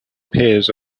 pairs